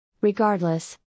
Regardless